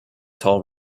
tall